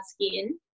skin